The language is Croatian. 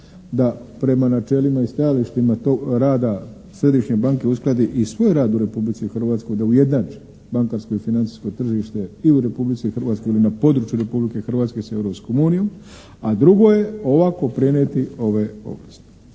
da prema načelima i stajalištima rada Središnje banke uskladi i svoj rad u Republici Hrvatskoj, da ujednači bankarsko i financijsko tržište i u Republici Hrvatskoj ili na području Republike Hrvatske s Europskom unijom, a drugo je ovako prenijeti ove ovlasti.